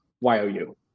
Y-O-U